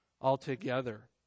altogether